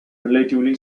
relatively